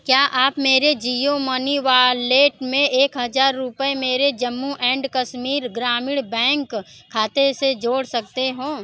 क्या आप मेरे जियो मनी वालेट में एक हज़ार रुपये मेरे जम्मू ऐंड कश्मीर ग्रामीण बैंक खाते से जोड़ सकते हो